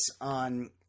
on